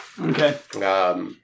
Okay